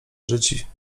żyć